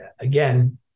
again